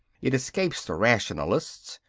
it escapes the rationalists,